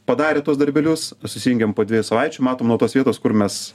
padarė tuos darbelius susijungiam po dviejų savaičių matom nuo tos vietos kur mes